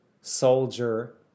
Soldier